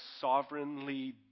sovereignly